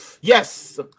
Yes